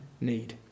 need